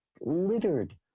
littered